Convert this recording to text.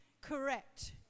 correct